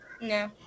no